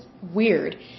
weird